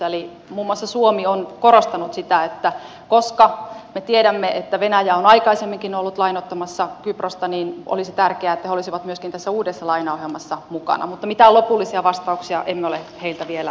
eli muun muassa suomi on korostanut sitä että koska me tiedämme että venäjä on aikaisemminkin ollut lainoittamassa kyprosta niin olisi tärkeää että he olisivat myöskin tässä uudessa lainaohjelmassa mukana mutta mitään lopullisia vastauksia emme ole heiltä vielä saaneet